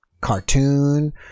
cartoon